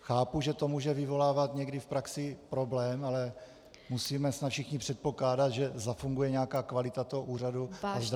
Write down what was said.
Chápu, že to může vyvolávat někdy v praxi problém, ale musíme snad všichni předpokládat, že zafunguje nějaká kvalita toho úřadu a zdravý rozum.